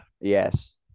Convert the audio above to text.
Yes